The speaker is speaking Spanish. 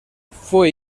fue